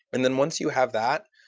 and then once you have that,